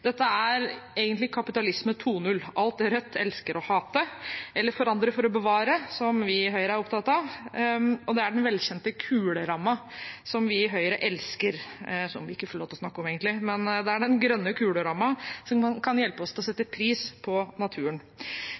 Dette er egentlig kapitalisme 2.0., alt Rødt elsker å hate – eller forandre for å bevare, som vi i Høyre er opptatt av. Det er den velkjente kulerammen, som vi i Høyre elsker, men ikke får lov til å snakke om, egentlig, den grønne kulerammen, som kan hjelpe oss til å sette pris på naturen.